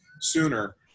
sooner